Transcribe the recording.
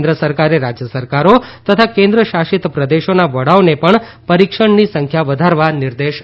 કેન્દ્ર સરકારે રાજય સરકારો તથા કેન્દ્ર શાષિત પ્રદેશોના વડાઓને પણ પરીક્ષણની સંખ્યા વધારવાના નિર્દેશ આપ્યા છે